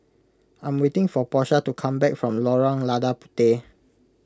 I am waiting for Porsha to come back from Lorong Lada Puteh